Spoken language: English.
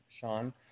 Sean